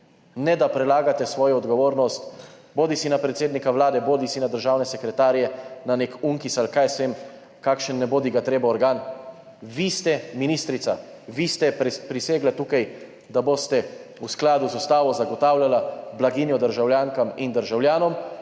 ne da prelagate svojo odgovornost na predsednika Vlade ali na državne sekretarje ali na nek UNKIZ ali kaj jaz vem kakšen nebodigatreba organ. Vi ste ministrica, vi ste prisegli tukaj, da boste v skladu z ustavo zagotavljali blaginjo državljankam in državljanom